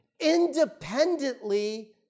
independently